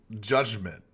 judgment